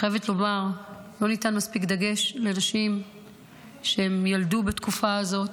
אני חייבת לומר: לא ניתן מספיק דגש על נשים שילדו בתקופה הזאת,